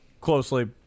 closely